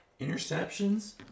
Interceptions